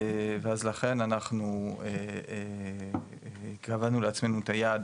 ואז לכן, אנחנו קבענו לעצמנו את היעד